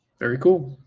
very cool.